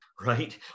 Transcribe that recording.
right